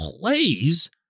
plays